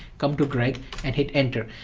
come to greg and hit enter.